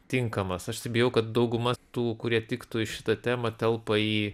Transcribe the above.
tinkamas aš tai bijau kad dauguma tų kurie tiktų į šitą temą telpa į